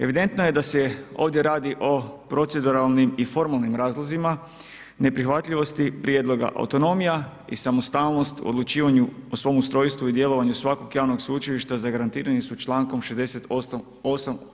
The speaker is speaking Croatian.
Evidentno je da se ovdje radi o proceduralnim i formalnim razlozima neprihvatljivosti prijedloga autonomija i samostalnost odlučivanju o svom ustrojstvu i djelovanju svakog javnog sveučilišta zagarantirani su člankom 68.